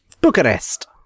Bucharest